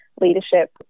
leadership